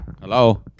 Hello